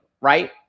right